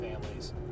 families